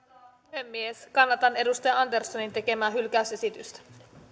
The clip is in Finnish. puhemies kannatan edustaja anderssonin tekemää hylkäysesitystä